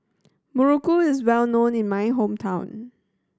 muruku is well known in my hometown